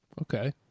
Okay